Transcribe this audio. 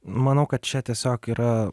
manau kad čia tiesiog yra